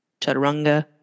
chaturanga